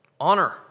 Honor